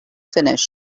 finished